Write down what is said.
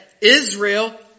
Israel